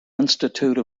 institute